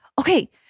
Okay